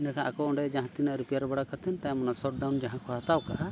ᱤᱱᱟᱹᱠᱷᱟᱱ ᱚᱠᱚ ᱚᱸᱰᱮ ᱡᱟᱦᱟᱸ ᱛᱤᱱᱟᱹᱜ ᱨᱤᱯᱮᱭᱟᱨ ᱵᱟᱲᱟ ᱠᱟᱛᱮᱫ ᱛᱟᱭᱚᱢ ᱚᱱᱟ ᱥᱚᱴ ᱰᱟᱣᱩᱱ ᱡᱟᱦᱟᱸ ᱠᱚ ᱦᱟᱛᱟᱣ ᱠᱟᱜᱼᱟ